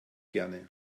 gerne